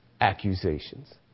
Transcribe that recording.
accusations